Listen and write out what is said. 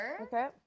Okay